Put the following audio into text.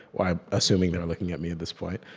i'm assuming they're looking at me, at this point,